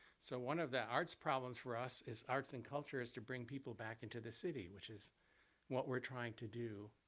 so one of the arts problems for us is arts and culture is to bring people back into the city, which is what we're trying to do,